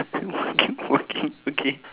walking walking okay